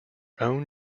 own